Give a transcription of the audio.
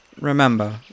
Remember